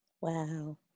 Wow